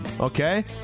Okay